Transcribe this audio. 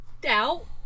doubt